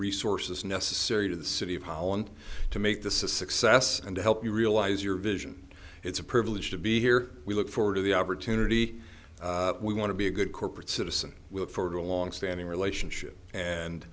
resources necessary to the city of holland to make this a success and to help you realize your vision it's a privilege to be here we look forward to the opportunity we want to be a good corporate citizen with a long standing relationship and